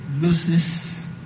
loses